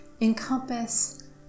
encompass